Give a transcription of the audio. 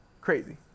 Crazy